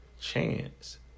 Chance